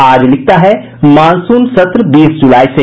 आज की खबर है मानसून सत्र बीस जुलाई से